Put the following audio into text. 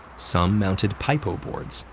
some mounted paipo boards,